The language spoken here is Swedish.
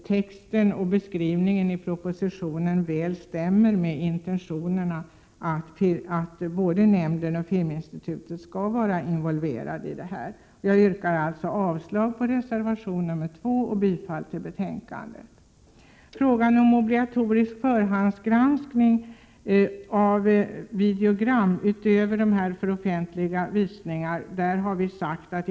Texten och beskrivningen i propositionen stämmer väl med intentionerna att både nämnden och Filminstitutet skall vara involverade i detta. Jag yrkar alltså avslag på reservation nr 2 och bifall till utskottets hemställan. Frågan om obligatorisk förhandsgranskning av videogram utöver dem som är avsedda för offentlig visning utreds för närvarande.